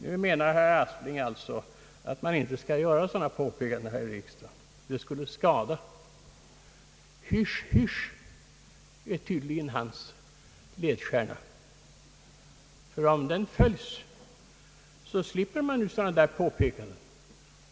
Nu menar alltså herr Aspling att man inte skall göra sådana påpekanden här i riksdagen — det skulle skada! Hysch, hysch är tydligen ett slags ledstjärna för honom — följs den slipper man ju kritik.